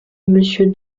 monsieur